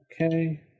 Okay